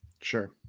Sure